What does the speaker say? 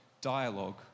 dialogue